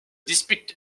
dispute